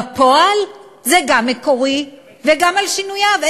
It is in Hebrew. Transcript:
בפועל זה גם מקורי וגם על שינוייו.